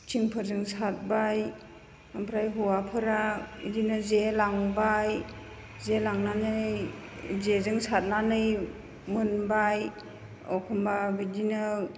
थिंफोरजों सारबाय ओमफ्राय हौवाफोरा बेदिनो जे लांबाय जे लांनानै जेजों सारनानै मोनबाय एखमब्ला बिदिनो